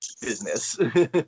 business